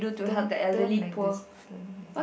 turn turn like this turn like this